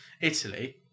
Italy